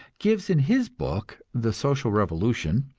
gives in his book, the social revolution,